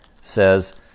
says